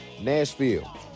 Nashville